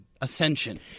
ascension